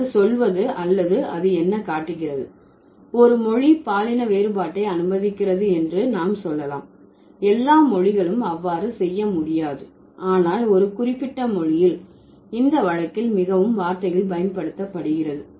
அது சொல்வது அல்லது அது என்ன காட்டுகிறது ஒரு மொழி பாலின வேறுபாட்டை அனுமதிக்கிறது என்று நாம் சொல்லலாம் எல்லா மொழிகளும் அவ்வாறு செய்ய முடியாது ஆனால் ஒரு குறிப்பிட்ட மொழியில் இந்த வழக்கில் மிகவும் வார்த்தைகள் பயன்படுத்தப்படுகிறது